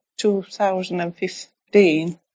2015